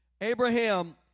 Abraham